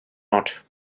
not